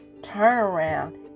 turnaround